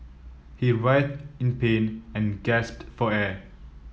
he writhed in pain and gasped for air